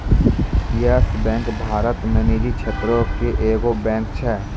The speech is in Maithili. यस बैंक भारत मे निजी क्षेत्रो के एगो बैंक छै